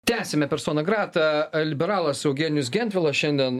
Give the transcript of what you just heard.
tęsiame persona grata liberalas eugenijus gentvilas šiandien